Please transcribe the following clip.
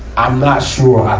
i'm not sure i